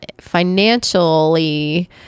Financially